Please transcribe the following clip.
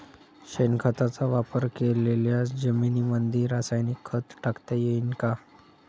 शेणखताचा वापर केलेल्या जमीनीमंदी रासायनिक खत टाकता येईन का?